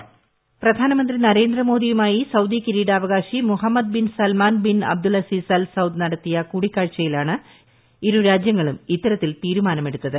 voice പ്രധാനമന്ത്രി നരേന്ദ്രമോദിയുമായി Saudi കിരീടാവകാശി Mohammed bin Salman bin Abdul Aziz Al Saud നടത്തിയ കൂടിക്കാഴ്ചയിലാണ് ഇരുരാജൃങ്ങളും ഇത്തരത്തിൽ തീരുമാനമെടുത്തത്